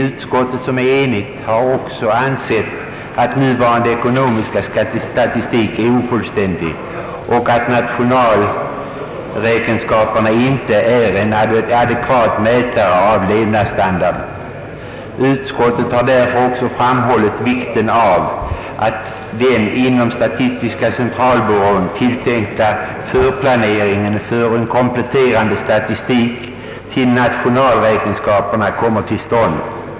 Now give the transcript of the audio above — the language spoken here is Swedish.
Utskottet, som är enigt, har också ansett att nuvarande ekonomiska statistik är ofullständig och att nationalräkenska perna inte är en adekvat mätare av levnadsstandarden,. Utskottet har därför också framhållit vikten av att den inom statistiska centralbyrån tilltänkta förplaneringen för en kompletterande statistik till nationalräkenskaperna kommer till stånd.